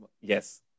Yes